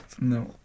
No